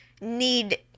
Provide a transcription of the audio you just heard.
need